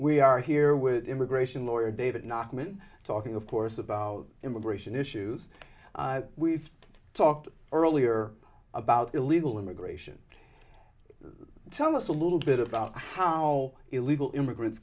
we are here with immigration lawyer david nominee talking of course about immigration issues we talked earlier about illegal immigration tell us a little bit about how illegal immigrants